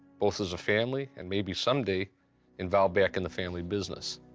both as a family and maybe someday involved back in the family business.